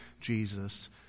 Jesus